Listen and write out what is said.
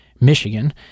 Michigan